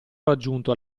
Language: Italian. raggiunto